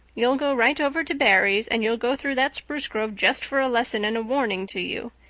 you'll go right over to barry's, and you'll go through that spruce grove, just for a lesson and a warning to you.